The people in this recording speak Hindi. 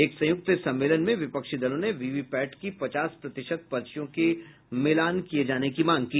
एक संयुक्त सम्मेलन में विपक्षी दलों ने वीवीपैट की पचास प्रतिशत पर्चियों की मिलान किए जाने की मांग की